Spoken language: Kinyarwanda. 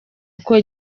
uko